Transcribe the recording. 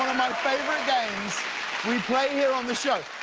favorite games we play here on the show,